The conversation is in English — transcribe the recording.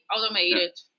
automated